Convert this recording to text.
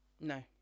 No